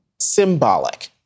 symbolic